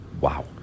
Wow